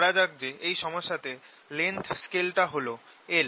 ধরা যাক যে এই সমস্যাতে লেংথ স্কেল টা হল l